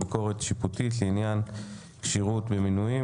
ביקורת שיפוטית לעניין כשירות במינוי),